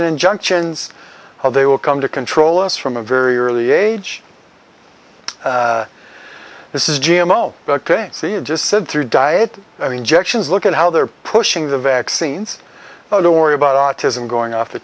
injunctions how they will come to control us from a very early age this is jim oh ok so you just said through diet and injections look at how they're pushing the vaccines to worry about autism going off the